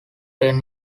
ten